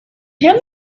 him